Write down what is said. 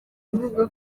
avuga